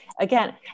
again